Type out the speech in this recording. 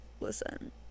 listen